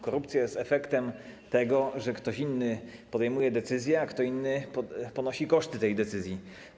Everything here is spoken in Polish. Korupcja jest efektem tego, że kto inny podejmuje decyzję, a kto inny ponosi koszty tej decyzji.